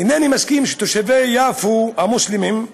אינני מסכים שתושבי יפו המוסלמים,